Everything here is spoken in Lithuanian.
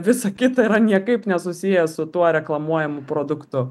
visa kita yra niekaip nesusiję su tuo reklamuojamu produktu